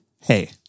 Hey